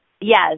Yes